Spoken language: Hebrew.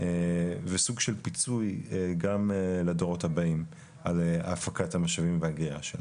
וסוג של פיצוי גם לדורות הבאים על הפקת המשאבים והאגירה שלהם.